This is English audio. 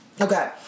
Okay